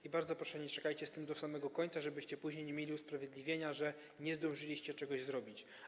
I bardzo proszę, nie czekajcie z tym do samego końca, żebyście później nie mieli usprawiedliwienia, że nie zdążyliście czegoś zrobić.